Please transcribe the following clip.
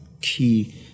key